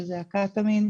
שזה הקטמין,